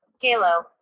Kalo